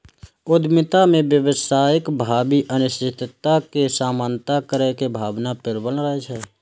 उद्यमिता मे व्यवसायक भावी अनिश्चितता के सामना करै के भावना प्रबल रहै छै